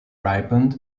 ripened